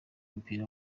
w’umupira